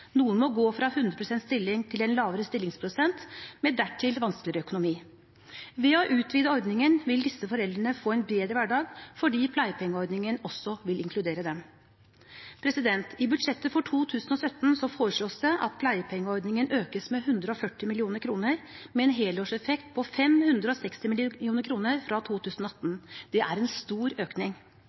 noen må gå fra 100 pst. stilling til en lavere stillingsprosent, med dertil vanskeligere økonomi. Ved å utvide ordningen vil disse foreldrene få en bedre hverdag fordi pleiepengeordningen også vil inkludere dem. I budsjettet for 2017 foreslås det at pleiepengeordningen økes med 140 mill. kr, med en helårseffekt på 560 mill. kr fra 2018. Det er en stor økning.